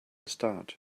start